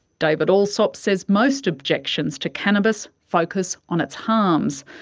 david allsop says most objections to cannabis focus on its harms.